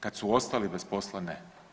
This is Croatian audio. Kad su ostali bez posla, ne.